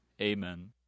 Amen